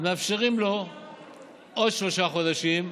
אז מאפשרים לו עוד שלושה חודשים,